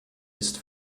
ist